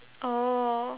oh